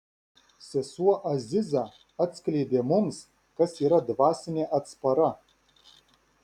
sesuo aziza atskleidė mums kas yra dvasinė atspara